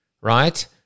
right